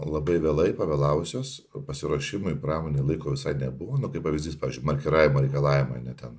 labai vėlai pavėlavusios o pasiruošimui pramonė laiko visai nebuvo kaip pavyzdys pavyzdžiui markiravimo reikalavimai ar ne ten